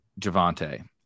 Javante